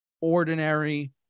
ordinary